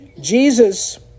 Jesus